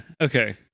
okay